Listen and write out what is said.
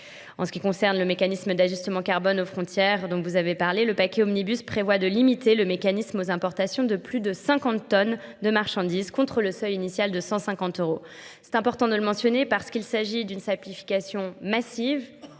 En ce qui concerne le mécanisme d'ajustement carbone aux frontières dont vous avez parlé, le paquet Omnibus prévoit de limiter le mécanisme aux importations de plus de 50 tonnes de marchandises contre le seuil initial de 150 euros. C'est important de le mentionner parce qu'il s'agit d'une simplification massive